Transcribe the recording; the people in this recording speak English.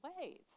ways